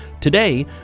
Today